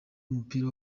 w’umupira